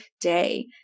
day